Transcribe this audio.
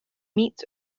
meats